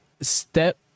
step